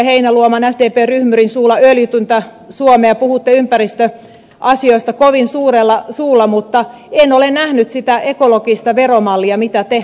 heinäluoman sdpn ryhmyrin suulla öljytöntä suomea puhuttu ympäristöasioista kovin suurella suulla mutta en ole nähnyt sitä ekologista veromallia mitä te kannatatte